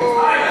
אוה,